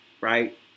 right